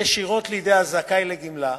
ישירות לידי הזכאי לגמלה,